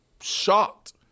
shocked